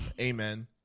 amen